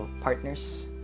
partners